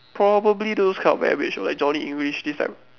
probably those kind of average like Johnny English this type